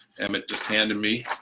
emmet just handed me.